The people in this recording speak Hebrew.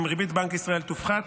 אם ריבית בנק ישראל תופחת,